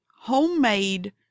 homemade